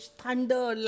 thunder